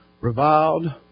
reviled